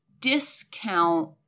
discount